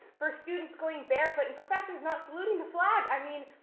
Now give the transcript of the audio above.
for students going barefoot, and professors not saluting the flag. i mean,